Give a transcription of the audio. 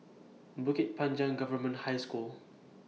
Bukit Panjang Government High School